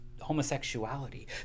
homosexuality